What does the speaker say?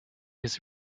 his